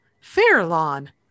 Fairlawn